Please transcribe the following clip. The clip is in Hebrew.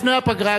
לפני הפגרה,